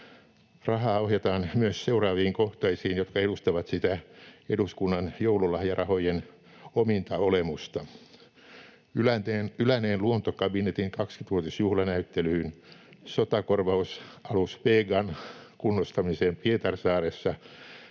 Rahaa ohjataan myös seuraaviin kohteisiin, jotka edustavat sitä eduskunnan joululahjarahojen ominta olemusta: Yläneen Luontokapinetin 20-vuotisjuhlanäyttelyyn, sotakorvausalus Vegan kunnostamiseen Pietarsaaressa,